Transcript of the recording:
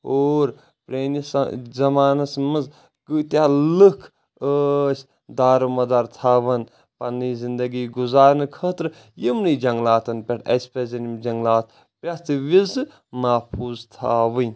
اور پرٲنس زمانس منٛز کۭتیاہ لُکھ ٲسۍ دارمدار تھاون پننہِ زندگی گزارنہٕ خٲطرٕ یمنے جنگلاتن پٮ۪ٹھ اسہِ پزَن یم جنگلات پرٮ۪تھ وزِ محفوظ تھاوٕنۍ